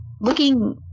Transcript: looking